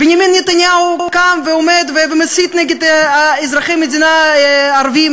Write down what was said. בנימין נתניהו קם ועומד ומסית נגד אזרחי המדינה הערבים,